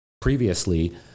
previously